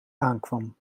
aankwam